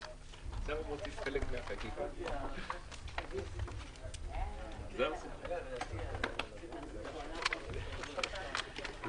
11:00.